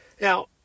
Now